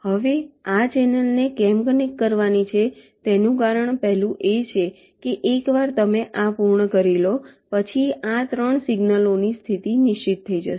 હવે આ ચેનલને કેમ કનેક્ટ કરવાની છે તેનું કારણ પહેલું એ છે કે એકવાર તમે આ પૂર્ણ કરી લો પછી આ 3 સિગ્નલોની સ્થિતિ નિશ્ચિત થઈ જશે